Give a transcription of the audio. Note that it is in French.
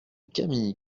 camille